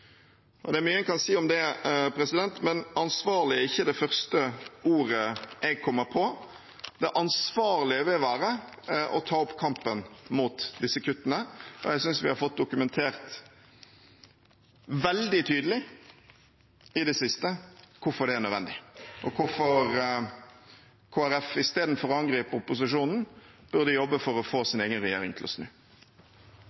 og syke. Det er mye man kan si om det, men «ansvarlig» er ikke det første ordet jeg kommer på. Det ansvarlige vil være å ta opp kampen mot disse kuttene. Jeg synes vi har fått dokumentert veldig tydelig i det siste hvorfor det er nødvendig, og hvorfor Kristelig Folkeparti istedenfor å angripe opposisjonen burde jobbe for å få